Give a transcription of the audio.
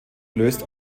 löst